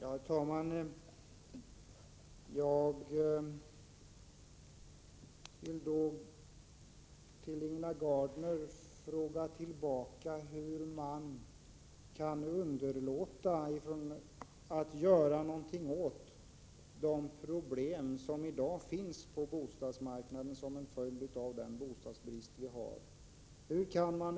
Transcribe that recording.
Herr talman! Jag vill till Ingela Gardner ställa motfrågan hur man kan underlåta att göra någonting åt de problem som i dag finns på bostadsmarknaden som en följd av den bostadsbrist vi har.